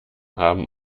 haben